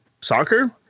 soccer